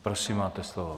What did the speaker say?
Prosím, máte slovo.